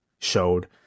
showed